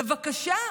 בבקשה,